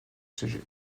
siéger